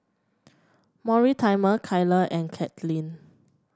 Mortimer Kyler and Kadyn